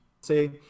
say